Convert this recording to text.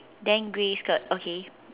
then grey skirt okay